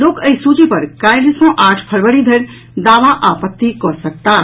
लोक एहि सूची पर काल्हि सँ आठ फरवरी धरि दावा आपत्ति कऽ सकताह